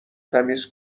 تمیز